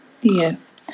yes